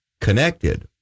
connected